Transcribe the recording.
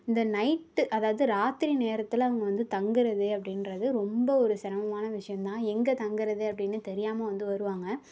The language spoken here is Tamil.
இந்த நைட்டு அதாவது ராத்திரி நேரத்தில் அவங்க வந்து தங்குறது அப்டின்றது ரொம்ப ஒரு சிரமமான விஷயோந்தான் எங்கே தங்குறது அப்டினு தெரியாமல் வந்து வருவாங்க